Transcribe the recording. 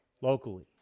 locally